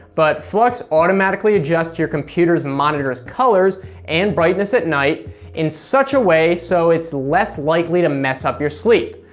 but flux automatically adjusts your computer monitor's colors and brightness at night in such a way so it's less likely to mess up your sleep.